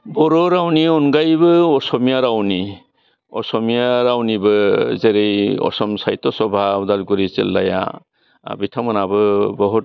बर' रावनि अनगायैबो असमिया रावनि असमिया रावनिबो जेरै असम साहित्य सभा अदालगुरि जिल्लाया बिथांमोनाबो बहुत